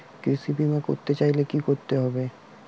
কৃষি বিমা করতে চাইলে কি করতে হবে?